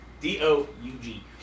D-O-U-G